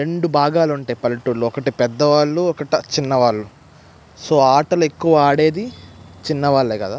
రెండు భాగాలుంటాయి పల్లెటూళ్ళలో ఒకటి పెద్దవాళ్ళు ఒకటి చిన్నవాళ్ళు సో ఆటలు ఎక్కువ ఆడేది చిన్నవాళ్ళే కదా